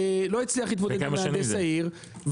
לא הצליח להתמודד עם מהנדס העיר,